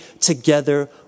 together